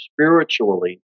spiritually